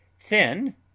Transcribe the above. THIN